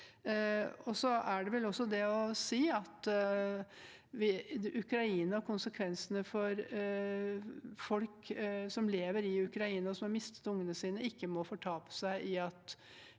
Det er vel også det å si at Ukraina, og konsekvensene for folk som lever i Ukraina og har mistet ungene sine, ikke må fortape seg i at